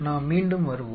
நாம் மீண்டும் வருவோம்